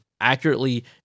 accurately